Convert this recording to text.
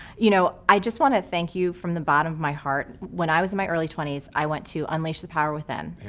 you know, i just wanna thank you from the bottom of my heart. when i was in my early twenty s i went to unleash the power within,